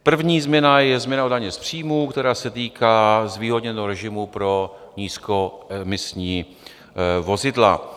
První změna je změna u daně z příjmů, která se týká zvýhodněného režimu pro nízkoemisní vozidla.